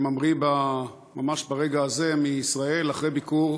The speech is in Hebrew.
שממריא ממש ברגע הזה מישראל אחרי ביקור